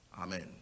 amen